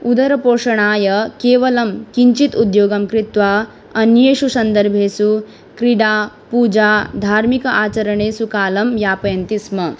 उदरपोषणाय केवलं किञ्चित् उद्योगं कृत्वा अन्येषु सन्दर्भेषु क्रीडापूजाधार्मिक आचरणेषु कालं यापयन्ति स्म